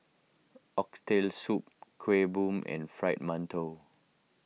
Oxtail Soup Kuih Bom and Fried Mantou